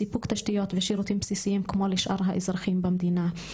סיפוק תשתיות ושירותים בסיסיים כמו לשאר האזרחים במדינה.